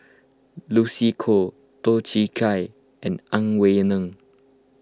Lucy Koh Toh Chin Chye and Ang Wei Neng